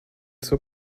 zur